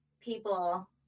people